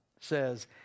says